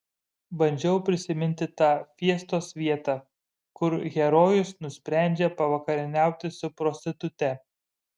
bandžiau prisiminti tą fiestos vietą kur herojus nusprendžia pavakarieniauti su prostitute